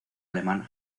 alemán